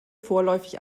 vorläufig